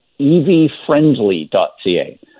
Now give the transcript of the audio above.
evfriendly.ca